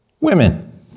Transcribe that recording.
women